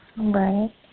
Right